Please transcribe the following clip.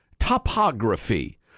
topography